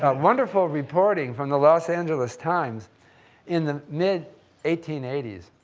ah wonderful reporting from the los angeles times in the mid eighteen eighty s.